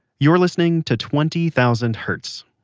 you're listening to twenty thousand hertz.